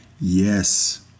Yes